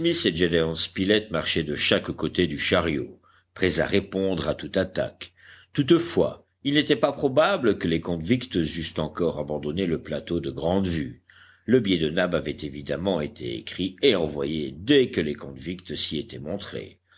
et gédéon spilett marchaient de chaque côté du chariot prêts à répondre à toute attaque toutefois il n'était pas probable que les convicts eussent encore abandonné le plateau de grande vue le billet de nab avait évidemment été écrit et envoyé dès que les convicts s'y étaient montrés